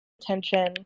attention